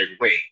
wait